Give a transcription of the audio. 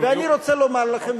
ואני רוצה לומר לכם,